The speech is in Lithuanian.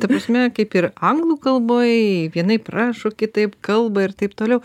ta prasme kaip ir anglų kalboj vienaip rašo kitaip kalba ir taip toliau